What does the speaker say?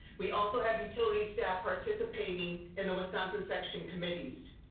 we also have utility staff participating in the wisconsin section committees.